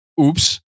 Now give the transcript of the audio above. oops